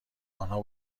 آنها